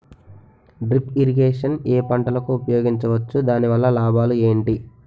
Drip irrigation ఏ పంటలకు ఉపయోగించవచ్చు? దాని వల్ల లాభాలు ఏంటి?